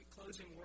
closing